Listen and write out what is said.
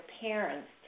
parents